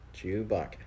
Chewbacca